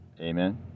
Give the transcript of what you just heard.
amen